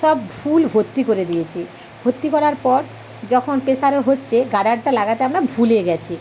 সব ভুল ভর্তি করে দিয়েছি ভর্তি করার পর যখন প্রেসারে হচ্ছে গাডারটা লাগাতে আমরা ভুলে গেছি